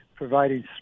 providing